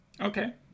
Okay